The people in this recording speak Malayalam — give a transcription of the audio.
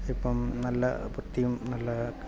ഇപ്പം നല്ല വൃത്തിയും നല്ല